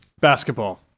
Basketball